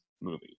movie